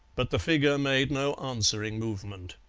but the figure made no answering movement.